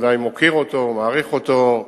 ודאי מוקיר אותו ומעריך אותו,